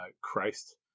Christ